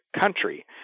country